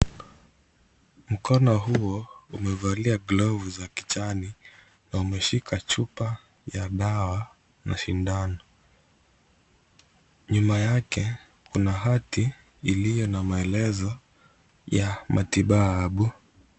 Mkono huo, umevalia glovu za kijani, na umeshika chupa ya dawa na shindano, nyuma yake, kuna hati iliyo na maelezo ya matibabu.